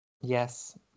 yes